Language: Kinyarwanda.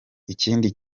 ikindi